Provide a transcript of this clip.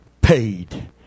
paid